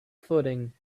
footing